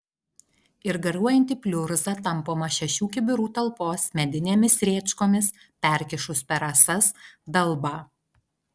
ir garuojanti pliurza tampoma šešių kibirų talpos medinėmis rėčkomis perkišus per ąsas dalbą